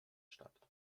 statt